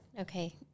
Okay